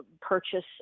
purchase